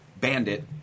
Bandit